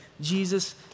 Jesus